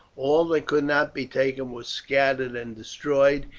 all that could not be taken was scattered and destroyed,